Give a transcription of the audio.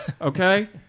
okay